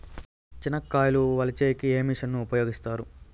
చెనక్కాయలు వలచే కి ఏ మిషన్ ను ఉపయోగిస్తారు?